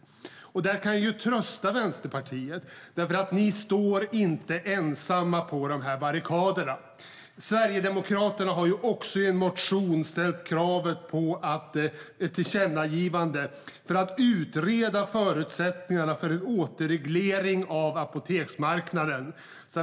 Där kan jag trösta Vänsterpartiet med att de inte står ensamma på barrikaden. Sverigedemokraterna har nämligen i en motion ställt krav på ett tillkännagivande om att utreda förutsättningarna för en återreglering av apoteksmarknaden.